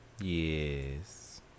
Yes